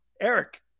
Eric